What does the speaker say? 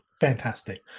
fantastic